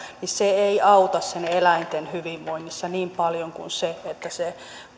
niin se ei auta eläinten hyvinvoinnissa niin paljon kuin se että se